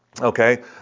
Okay